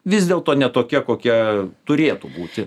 vis dėlto ne tokia kokia turėtų būti